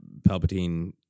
Palpatine